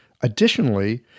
Additionally